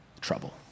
trouble